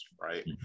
right